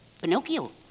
Pinocchio